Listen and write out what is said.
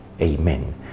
Amen